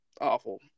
awful